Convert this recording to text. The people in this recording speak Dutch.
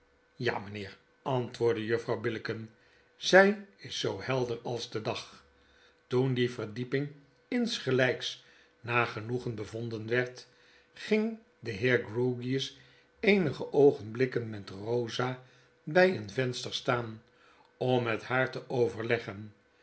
ja mgnheer antwoordde juffrouw billicken zg is zoo helder als de dag toen die verdieping insgelgks naar genoegen bevonden werd ging de heer grewgious eenige oogenblikken met rosa bg een venster staan om met haar te overleggen